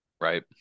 Right